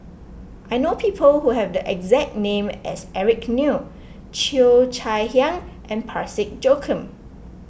I know people who have the exact name as Eric Neo Cheo Chai Hiang and Parsick Joaquim